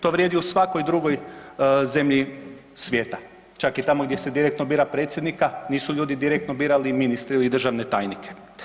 To vrijedi u svakoj drugo zemlji svijeta čak i tamo gdje se direktno bira predsjednika nisu ljudi direktno birali ministre ili državne tajnike.